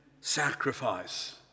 sacrifice